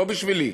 לא בשבילי,